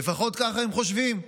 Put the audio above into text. לפחות כך הם חושבים,